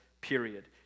period